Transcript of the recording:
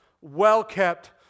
well-kept